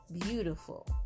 beautiful